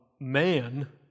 man